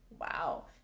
Wow